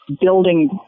building